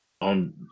on